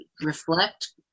reflect